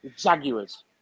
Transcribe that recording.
jaguars